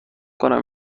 کنم